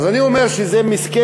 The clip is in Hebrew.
אז אני אומר שזה מסכן,